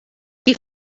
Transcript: qui